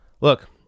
Look